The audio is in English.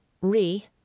re